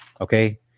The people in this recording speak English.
Okay